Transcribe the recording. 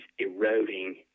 eroding